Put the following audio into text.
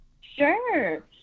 Sure